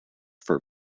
for